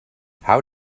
how